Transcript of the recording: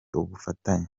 ubufatanye